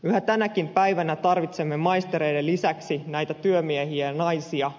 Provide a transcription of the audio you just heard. yhä tänäkin päivänä tarvitsemme maistereiden lisäksi näitä työmiehiä ja naisia